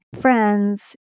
friends